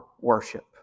worship